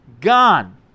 Gone